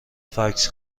فکس